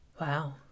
Wow